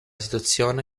situazione